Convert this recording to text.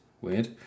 weird